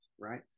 Right